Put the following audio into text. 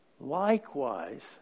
Likewise